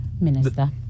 minister